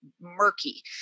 murky